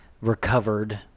recovered